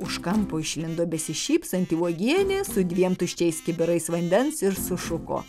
už kampo išlindo besišypsanti uogienė su dviem tuščiais kibirais vandens ir sušuko